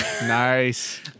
Nice